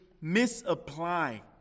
misapply